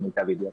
למיטב ידיעתי.